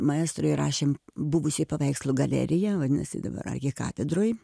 maestro įrašėm buvusioj paveikslų galerija vadinasi dabar ar jie katedroj